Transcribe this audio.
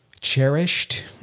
cherished